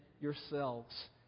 yourselves